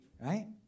Right